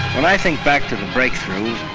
when i think back to the breakthrough,